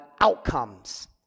outcomes